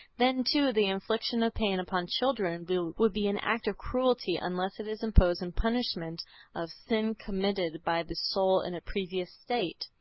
then too the infliction of pain upon children and would be an act of cruelty unless it is imposed in punishment of sin committed by the soul in a previous state.